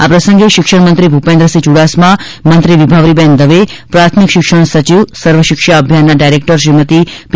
આ પ્રસંગે શિક્ષણમંત્રી ભૂપેન્દ્રસિંહ યુડાસમા મંત્રી વિભાવરીબેન દવે પ્રાથમિક શિક્ષણ સચિવ સર્વશિક્ષા અભિયાનના ડાયરેક્ટર શ્રીમતી પી